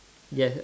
yes